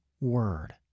word